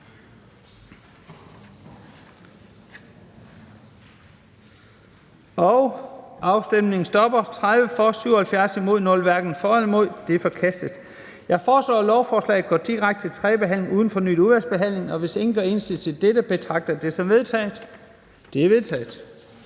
og Mike Villa Fonseca (UFG)), hverken for eller imod stemte 0. Det er forkastet. Jeg foreslår, at lovforslaget går direkte til tredje behandling uden fornyet udvalgsbehandling. Hvis ingen gør indsigelse imod dette, betragter jeg det som vedtaget. Det er vedtaget.